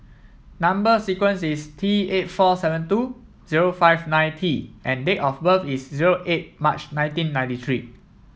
number sequence is T eight four seven two zero five nine T and date of birth is zero eight March nineteen ninety three